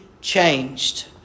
changed